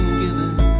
given